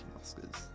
Oscars